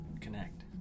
Connect